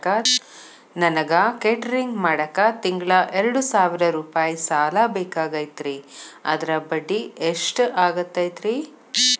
ನನಗ ಕೇಟರಿಂಗ್ ಮಾಡಾಕ್ ತಿಂಗಳಾ ಎರಡು ಸಾವಿರ ರೂಪಾಯಿ ಸಾಲ ಬೇಕಾಗೈತರಿ ಅದರ ಬಡ್ಡಿ ಎಷ್ಟ ಆಗತೈತ್ರಿ?